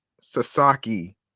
Sasaki